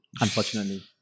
Unfortunately